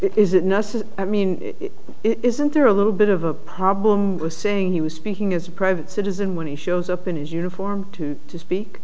so i mean isn't there a little bit of a problem with saying he was speaking as a private citizen when he shows up in his uniform to speak